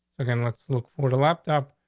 okay, let's look for the laptop.